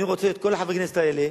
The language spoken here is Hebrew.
אני רוצה את כל חברי הכנסת האלה,